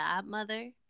godmother